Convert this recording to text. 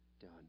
done